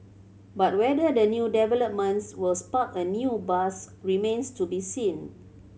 but whether the new developments will spark a new buzz remains to be seen